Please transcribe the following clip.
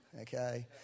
okay